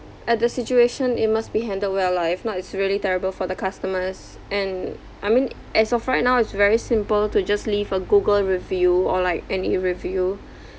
at the situation it must be handled well lah if not it's really terrible for the customers and I mean as of right now it's very simple to just leave a Google review or like any review